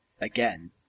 again